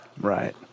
Right